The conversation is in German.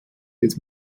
des